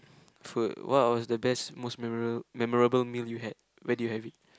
food what was the best most memorial memorable meal you had where did you have it